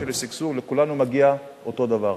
אני חושב לכולנו מגיע אותו הדבר.